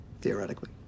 Theoretically